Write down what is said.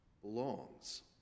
belongs